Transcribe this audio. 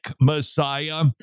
Messiah